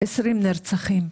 20 נרצחים,